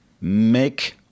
make